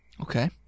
Okay